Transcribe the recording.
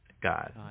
god